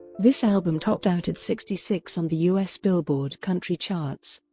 this album topped out at sixty six on the u s. billboard country charts.